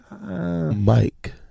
Mike